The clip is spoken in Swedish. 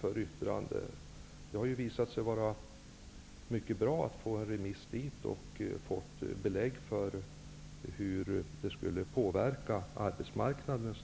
för yttrande? Det har ju visat sig vara mycket bra med en remiss dit, så att man har fått belägg för hur det skulle påverka arbetsmarknaden.